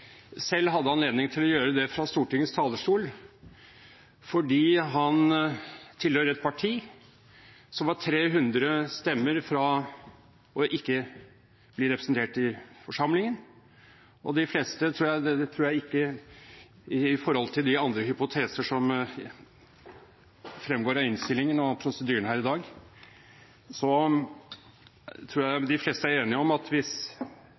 selv hadde anledning til å gjøre det fra Stortingets talerstol fordi han tilhører et parti som var 300 stemmer fra ikke å bli representert i forsamlingen. Og i forhold til de andre hypoteser som fremgår av innstillingen og prosedyren her i dag, tror jeg de fleste er enige i at hvis